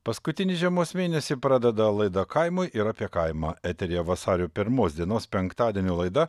paskutinį žiemos mėnesį pradeda laida kaimui ir apie kaimą eteryje vasario pirmos dienos penktadienio laida